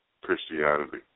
Christianity